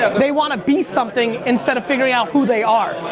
ah they want to be something instead of figuring out who they are.